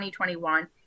2021